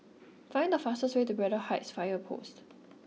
find the fastest way to Braddell Heights Fire Post